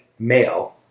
male